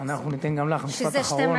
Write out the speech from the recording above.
אנחנו ניתן גם לך משפט אחרון,